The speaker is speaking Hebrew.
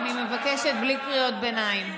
אני מבקשת בלי קריאות ביניים.